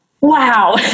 wow